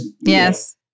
yes